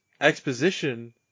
exposition